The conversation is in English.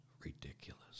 ridiculous